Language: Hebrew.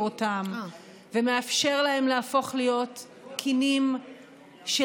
אותם ומאפשר להם להפוך להיות קינים של